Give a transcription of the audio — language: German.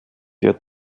der